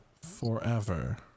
forever